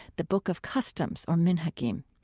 the book of customs or minhagim.